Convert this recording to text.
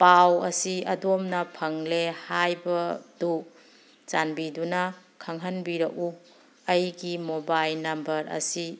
ꯄꯥꯎ ꯑꯁꯤ ꯑꯗꯣꯝꯅ ꯐꯪꯂꯦ ꯍꯥꯏꯕꯗꯨ ꯆꯥꯟꯕꯤꯗꯨꯅ ꯈꯪꯍꯟꯕꯤꯔꯛꯎ ꯑꯩꯒꯤ ꯃꯣꯕꯥꯏꯜ ꯅꯝꯕꯔ ꯑꯁꯤ